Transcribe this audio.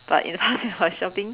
but you ask me about shopping